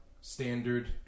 standard